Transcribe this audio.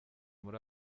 muri